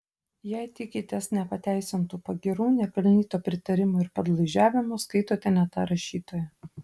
jei tikitės nepateisintų pagyrų nepelnyto pritarimo ir padlaižiavimo skaitote ne tą rašytoją